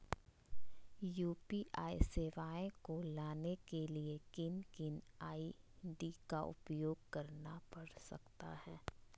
UPI सेवाएं को लाने के लिए किन किन आई.डी का उपयोग करना पड़ सकता है?